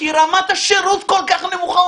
רמת השירות כל כך נמוכה.